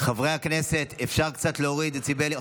חברי הכנסת, אפשר קצת להוריד דציבלים?